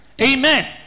Amen